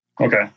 Okay